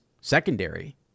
secondary